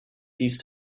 these